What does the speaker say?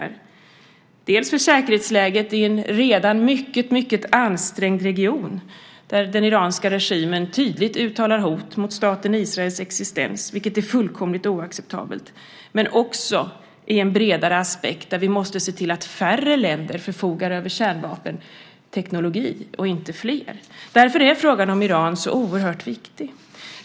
Det handlar dels om säkerhetsläget i en redan mycket ansträngd region där den iranska regimen tydligt uttalar hot mot staten Israels existens, vilket är fullkomligt oacceptabelt, dels om den bredare aspekten att vi måste se till att färre länder förfogar över kärnvapenteknologi, inte fler. Därför är frågan om Iran så oerhört viktig.